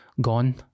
gone